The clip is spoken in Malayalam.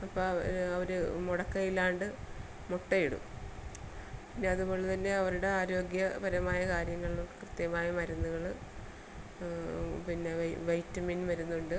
അപ്പമവർ അവർ മുടക്കമില്ലാണ്ട് മുട്ടയിടും പിന്നെ അതുപോലെ തന്നെ അവരുടെ ആരോഗ്യപരമായ കാര്യങ്ങളും കൃത്യമായ മരുന്നുകൾ പിന്നെ വൈറ്റമിൻ മരുന്നുണ്ട്